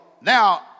now